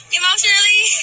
emotionally